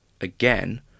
again